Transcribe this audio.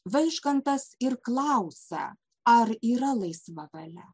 vaižgantas ir klausia ar yra laisva valia